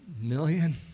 million